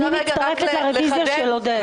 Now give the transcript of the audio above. אני מצטרפת לרביזיה של עודד.